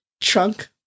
trunk